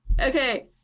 Okay